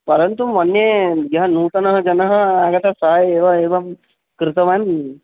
परन्तु मन्ये यः नूतनः जनः आगतः सः एव एवं कृतवान्